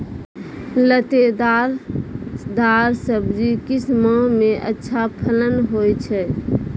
लतेदार दार सब्जी किस माह मे अच्छा फलन होय छै?